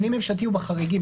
פנים ממשלתי הוא בחריגים.